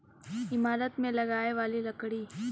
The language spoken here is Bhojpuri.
ईमारत मे लगाए वाली लकड़ी